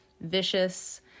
vicious